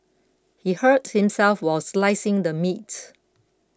he hurt himself while slicing the meat